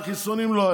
חיסונים לא היו.